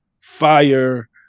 fire